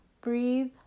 Breathe